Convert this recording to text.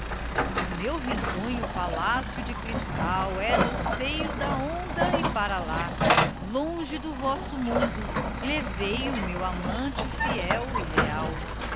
o meu risonho palácio de crystal é no seio da ondae para lá longe do vosso mundo levei o meu amante fiel e leal